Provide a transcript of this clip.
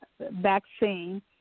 vaccine